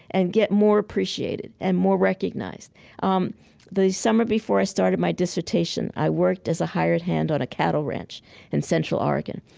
and get more appreciated, and more recognized um the summer before i started my dissertation, i worked as a hired hand on a cattle ranch in central oregon.